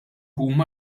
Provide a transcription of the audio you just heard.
huma